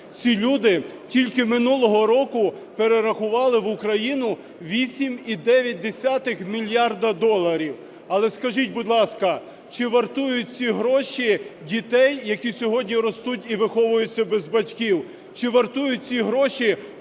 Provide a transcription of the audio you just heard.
ці люди тільки минулого року перерахували в Україну 8,9 мільярда доларів. Але скажіть, будь ласка, чи вартують ці гроші дітей, які сьогодні ростуть і виховуються без батьків, чи вартують ці гроші